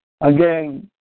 again